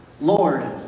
Lord